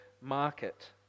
market